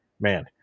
Man